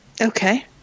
Okay